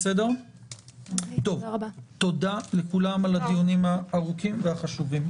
תודה לכולם על הדיונים הארוכים והחשובים.